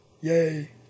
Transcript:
Yay